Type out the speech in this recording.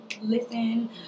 listen